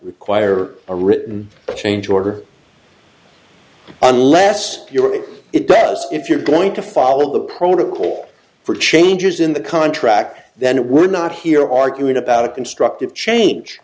require a written change order unless you or it does if you're going to follow the protocol for changes in the contract then it would not here arguing about a constructive change